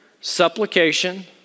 supplication